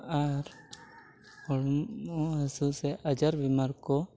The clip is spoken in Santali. ᱟᱨ ᱦᱚᱲᱢᱚ ᱦᱟᱹᱥᱩ ᱥᱮ ᱟᱡᱟᱨ ᱵᱤᱢᱟᱨᱠᱚ